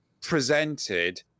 presented